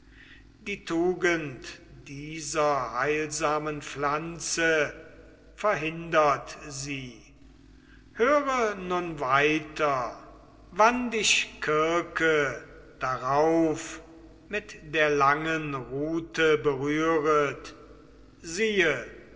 die tugend dieser heilsamen pflanze verhindert sie höre nun weiter wann dich kirke darauf mit der langen rute berühret siehe